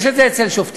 יש את זה אצל שופטים?